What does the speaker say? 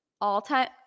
all-time